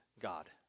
God